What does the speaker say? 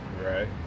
right